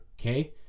Okay